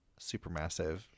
Supermassive